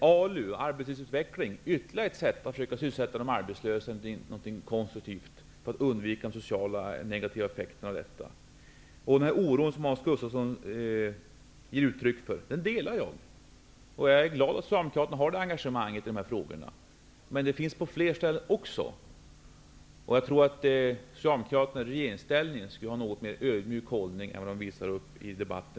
ALU, arbetslivsutveckling, är ytterligare ett sätt att försöka sysselsätta de arbetslösa med något konstruktivt för att undvika de negativa sociala effekterna av det här. Den oro som Hans Gustafsson ger uttryck för delar jag. Jag är glad över Socialdemokraternas engagemang i de här frågorna. Men detta engagemang finns på fler ställen också. Jag tror att Socialdemokraterna i regeringsställning skulle visa en mer ödmjuk hållning, än man visar i dagens debatt.